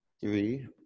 three